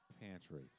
Pantry